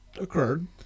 occurred